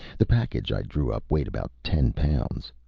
the package i drew up weighed about ten pounds.